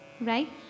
Right